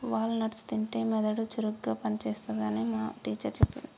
wall nuts తింటే మెదడు చురుకుగా పని చేస్తది అని మా టీచర్ చెప్పింది